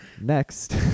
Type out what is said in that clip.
Next